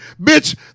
bitch